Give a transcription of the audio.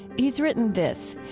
he's written this,